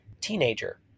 Teenager